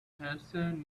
handstand